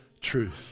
truth